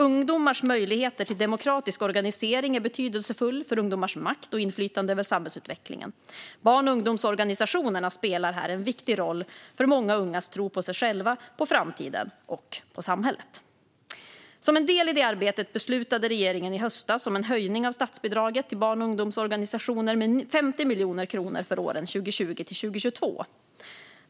Ungdomars möjligheter till demokratisk organisering är betydelsefulla för ungdomars makt och inflytande över samhällsutvecklingen. Barn och ungdomsorganisationerna spelar en viktig roll för många ungas tro på sig själva, på framtiden och på samhället. Som en del i det arbetet beslutade regeringen i höstas om en höjning av statsbidraget till barn och ungdomsorganisationer med 50 miljoner kronor för åren 2020-2022.